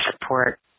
support